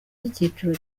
y’icyiciro